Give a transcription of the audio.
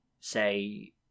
say